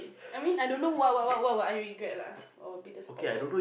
I mean I don't know what what what what would I regret lah or be disappointed